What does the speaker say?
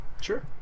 Sure